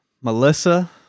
Melissa